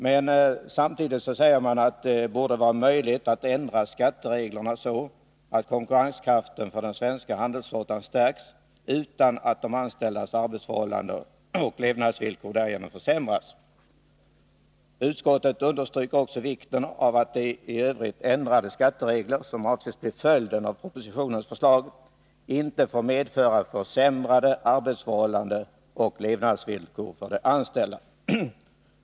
Men samtidigt säger man att det borde vara möjligt att ändra skattereglerna så att konkurrenskraften för den svenska handelsflottan stärks utan att de anställdas arbetsförhållanden och levnadsvillkor därigenom försämras. Utskottet understryker också vikten av att de i övrigt ändrade skatteregler som avses bli följden av propositionens förslag inte får medföra försämrade arbetsförhållanden och levnadsvillkor för de ombordanställda.